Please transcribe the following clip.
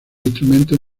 instrumentos